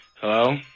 Hello